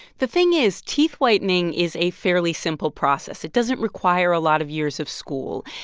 the thing is teeth whitening is a fairly simple process. it doesn't require a lot of years of school.